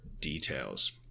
details